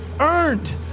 earned